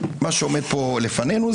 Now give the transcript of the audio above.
מה שעומד כאן לפנינו,